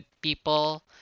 people